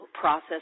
process